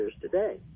today